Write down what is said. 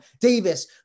Davis